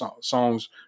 songs